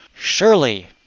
surely